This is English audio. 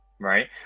Right